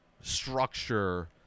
structure